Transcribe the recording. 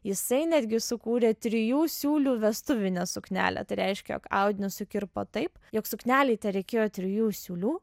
jisai netgi sukūrė trijų siūlių vestuvinę suknelę tai reiškia jog audinį sukirpo taip jog suknelei tereikėjo trijų siūlių